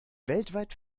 weltweit